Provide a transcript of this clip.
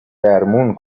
درمون